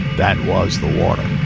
that was the water